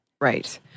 Right